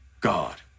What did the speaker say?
God